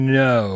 no